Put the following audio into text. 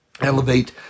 elevate